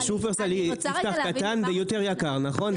ששופרסל יפתח קטן ויותר יקר נכון?